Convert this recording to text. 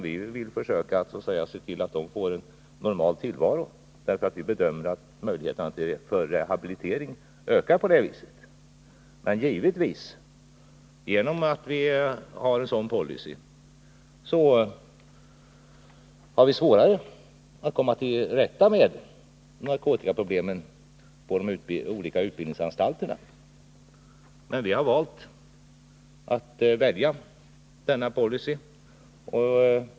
Vi vill försöka se till att dessa får en normal tillvaro. Vi bedömer det så att möjligheterna till rehabilitering härigenom ökar. Men på grund av denna policy har vi givetvis svårare att komma till rätta med narkotikaproblemen på de olika utbildningsanstalterna. Men vi har valt denna policy.